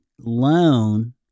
loan